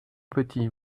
petit